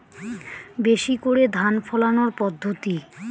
বেশি করে ধান ফলানোর পদ্ধতি?